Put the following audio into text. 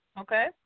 Okay